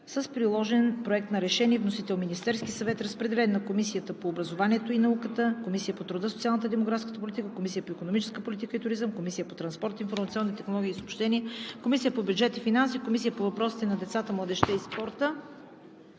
с приложен Проект за решение. Вносител – Министерският съвет. Разпределена е на: Комисията по образованието и науката, Комисията по труда, социалната и демографската политика, Комисията по икономическа политика и туризъм, Комисията по транспорт, информационни технологии и съобщения, Комисията по бюджет и финанси и Комисията по въпросите на децата, младежта и спорта.